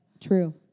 True